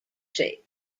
shape